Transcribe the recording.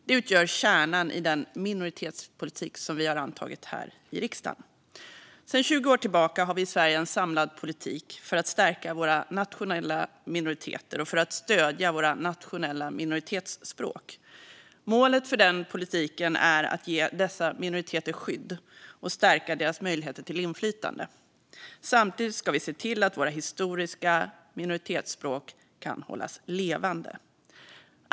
Det här utgör kärnan i den minoritetspolitik som vi har antagit här i riksdagen. Sedan 20 år tillbaka har vi i Sverige en samlad politik för att stärka våra nationella minoriteter och för att stödja våra nationella minoritetsspråk. Målet för den politiken är att ge dessa minoriteter skydd och stärka deras möjligheter till inflytande. Samtidigt ska vi se till att våra historiska minoritetsspråk kan hållas levande.